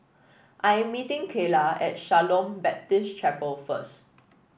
I am meeting Keyla at Shalom Baptist Chapel first